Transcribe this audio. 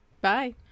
Bye